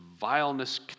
vileness